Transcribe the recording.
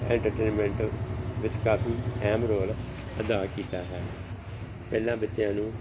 entertainment ਵਿੱਚ ਕਾਫੀ ਅਹਿਮ ਰੋਲ ਅਦਾ ਕੀਤਾ ਹੈ ਪਹਿਲਾਂ ਬੱਚਿਆਂ ਨੂੰ